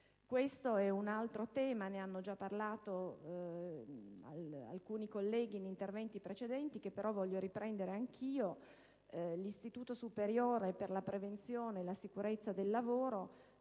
Questo è un altro tema di cui hanno già parlato alcuni colleghi in interventi precedenti che però voglio riprendere. Come tutti sappiamo, l'Istituto superiore per la prevenzione e la sicurezza del lavoro